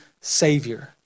Savior